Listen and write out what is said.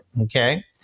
Okay